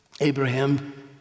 Abraham